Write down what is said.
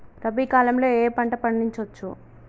రబీ కాలంలో ఏ ఏ పంట పండించచ్చు?